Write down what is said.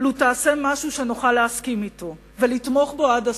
אםּ תעשה משהו שנוכל להסכים אתו ולתמוך בו עד הסוף.